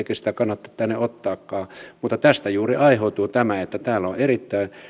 sitä kannata tänne ottaakaan mutta tästä juuri aiheutuu tämä että täällä on erittäin